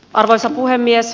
arvoisa puhemies